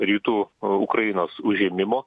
rytų ukrainos užėmimo